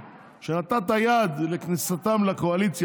שנתת יד לכניסתם לקואליציה,